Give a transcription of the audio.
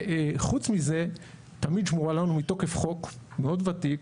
חוץ מזה תמיד שמורה לנו מתוקף חוק מאוד ותיק